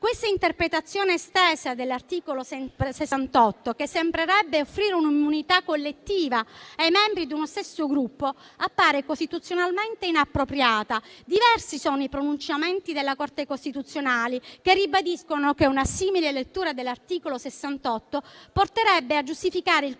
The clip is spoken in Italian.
Questa interpretazione estesa dell'articolo 68 della Costituzione, che sembrerebbe offrire un'immunità collettiva ai membri di uno stesso Gruppo, appare costituzionalmente inappropriata. Diversi sono i pronunciamenti della Corte costituzionale che ribadiscono che una simile lettura dell'articolo 68 porterebbe a giustificare il